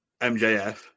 MJF